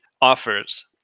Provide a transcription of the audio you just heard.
offers